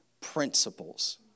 principles